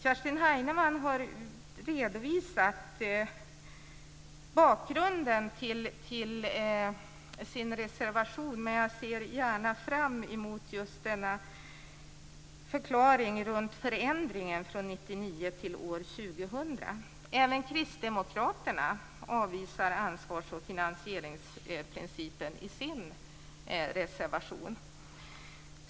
Kerstin Heinemann har redovisat bakgrunden till sin reservation, men jag ser fram emot en förklaring runt förändringen från 1999 till 2000. Även Kristdemokraterna avvisar ansvars och finansieringsprincipen i sin reservation.